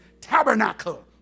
tabernacle